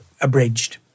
abridged